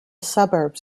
suburbs